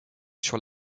sur